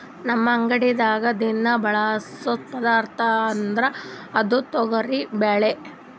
ನಮ್ ಅಡಗಿದಾಗ್ ದಿನಾ ಬಳಸೋ ಪದಾರ್ಥ ಅಂದ್ರ ಅದು ತೊಗರಿಬ್ಯಾಳಿ